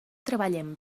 treballem